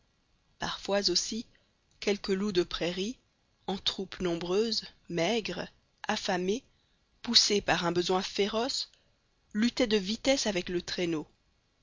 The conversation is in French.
parfois aussi quelques loups de prairies en troupes nombreuses maigres affamés poussés par un besoin féroce luttaient de vitesse avec le traîneau